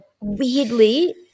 weirdly